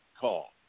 call